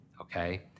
okay